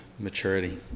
maturity